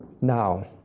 Now